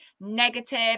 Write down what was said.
negative